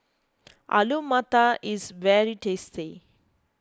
Alu Matar is very tasty